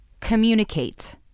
communicate